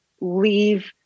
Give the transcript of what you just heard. leave